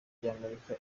ry’amerika